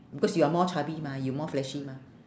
because you are more chubby mah you more fleshy mah